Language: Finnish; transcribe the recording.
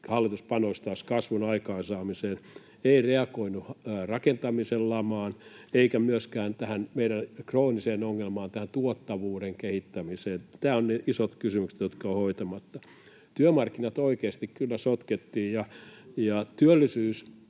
hallitus panostaisi kasvun aikaansaamiseen. Ei reagoinut rakentamisen lamaan eikä myöskään tähän meidän krooniseen ongelmaan, tuottavuuden kehittämiseen. Nämä ovat ne isot kysymykset, jotka ovat hoitamatta. Työmarkkinat oikeasti kyllä sotkettiin. Työllisyysaste